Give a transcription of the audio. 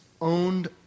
owned